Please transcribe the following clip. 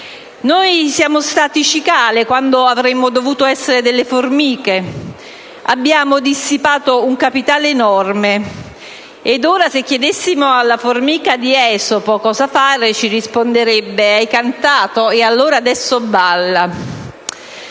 siamo stati cicale quando avremmo dovuto essere formiche; abbiamo dissipato un capitale enorme. E ora, se chiedessimo alla formica di Esopo cosa fare, ci risponderebbe. «Hai cantato? E allora adesso balla!».